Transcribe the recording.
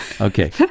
Okay